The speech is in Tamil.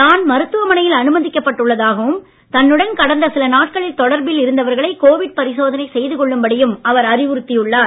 தான் மருத்துவமனையில் அனுமதிக்கப் பட்டுள்ளதாகவும் தன்னுடன் கடந்த சில நாட்களில் தொடர்பில் இருந்தவர்களை கோவிட் பரிசோதனை செய்துகொள்ளும் படியும் அறிவுறுத்தியுள்ளார்